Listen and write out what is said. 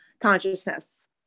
consciousness